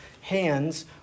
hands